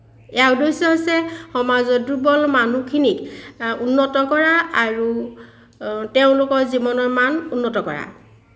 ইয়াৰ উদ্দেশ্য হৈছে সমাজৰ দুৰ্বল মানুহখিনিক উন্নত কৰা আৰু তেওঁলোকৰ জীৱনৰ মান উন্নত কৰা